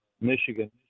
michigan